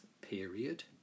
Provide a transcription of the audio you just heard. period